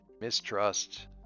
mistrust